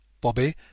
Bobby